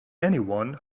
anyone